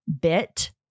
bit